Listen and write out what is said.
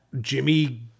Jimmy